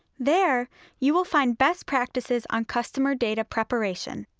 there you will find best practices on customer data preparation.